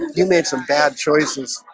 you made some bad choices